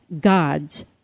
God's